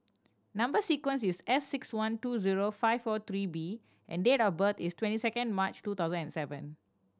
number sequence is S six one two zero five four three B and date of birth is twenty second March two thousand and seven